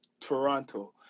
Toronto